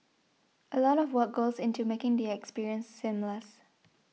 a lot of work goes into making the experience seamless